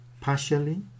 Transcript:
partially